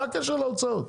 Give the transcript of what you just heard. מה הקשר להוצאות?